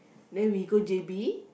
then we go J_B